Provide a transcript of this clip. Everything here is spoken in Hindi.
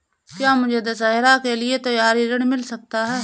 क्या मुझे दशहरा के लिए त्योहारी ऋण मिल सकता है?